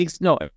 no